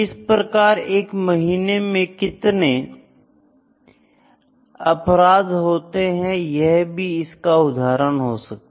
इसी प्रकार 1 महीने में कितने अपराध होते हैं यह भी इसका उदाहरण हो सकता है